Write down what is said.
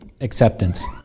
acceptance